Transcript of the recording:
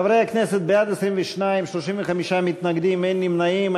חברי הכנסת, בעד, 22, 35 מתנגדים, אין נמנעים.